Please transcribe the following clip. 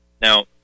now